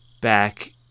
back